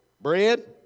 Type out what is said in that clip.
Bread